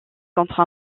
contre